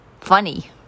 funny